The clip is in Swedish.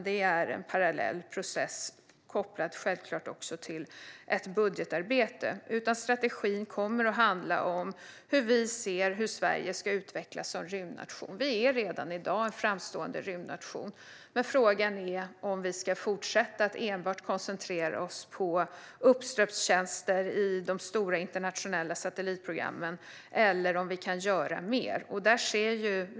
Det är en parallell process som självklart också hänger samman med ett budgetarbete. Strategin kommer att handla om hur vi tycker att Sverige ska utvecklas som rymdnation. Sverige är redan i dag en framstående rymdnation. Men frågan är om vi ska fortsätta att enbart koncentrera oss på uppströmstjänster i de stora internationella satellitprogrammen eller om vi kan göra mer.